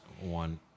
one